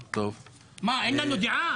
מה, אין לנו דעה?